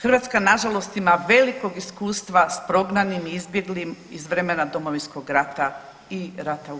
Hrvatska nažalost ima velikog iskustva s prognanim, izbjeglim iz vremena Domovinskog rata i rata u BiH.